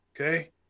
Okay